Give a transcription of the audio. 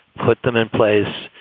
put them in place.